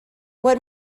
what